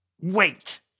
Wait